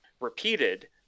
repeated